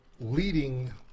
leading